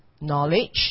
knowledge